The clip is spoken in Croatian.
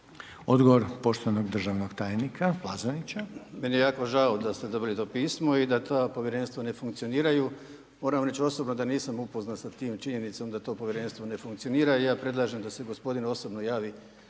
Odgovor poštovanog državnog tajnika Plazonića. **Plazonić, Željko (HDZ)** Meni je jako žao da ste dobili to pismo i da ta Povjerenstva ne funkcioniraju. Moram reći osobno da nisam upoznat s tim činjenicom da to Povjerenstvo ne funkcionira, i ja predlažem da se gospodin osobno javi